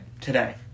Today